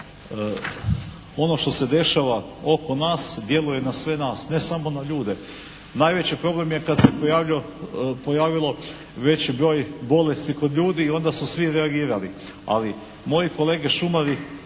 ono što se dešava oko nas djeluje na sve nas, ne samo na ljude. Najveći problem je kada se pojavio veći broj bolesti kod ljudi i onda su svi reagirali, ali moje kolege šumari